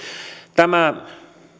tämä